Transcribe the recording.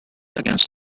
against